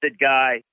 guy